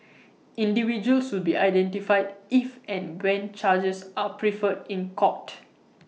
individuals will be identified if and when charges are preferred in court